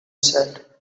said